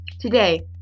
Today